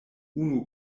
unu